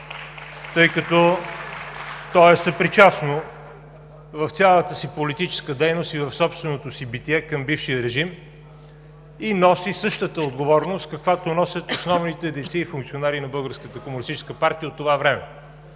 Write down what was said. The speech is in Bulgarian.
тъй като то е съпричастно в цялата си политическа дейност и в собственото си битие към бившия режим и носи същата отговорност, каквато носят основните дейци и функционери на Българската